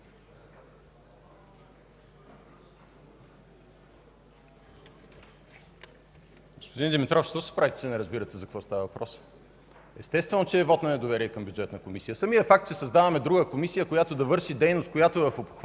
Господин Димитров, защо се правите, че не разбирате за какво става въпрос?! Естествено, че е вот на недоверие към Бюджетната комисия! Самият факт, че създаваме друга комисия, която да върши дейност, която е в обхвата